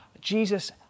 Jesus